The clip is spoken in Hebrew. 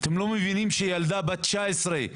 אתם לא מבינים שזו ילדה בת 19 שנרצחה?